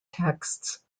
texts